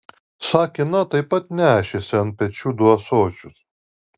sakina taip pat nešėsi ant pečių du ąsočius